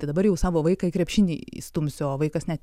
tai dabar jau savo vaiką į krepšinį įstumsiu o vaikas ne